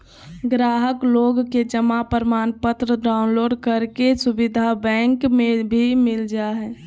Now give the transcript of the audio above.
गाहक लोग के जमा प्रमाणपत्र डाउनलोड करे के सुविधा बैंक मे भी मिल जा हय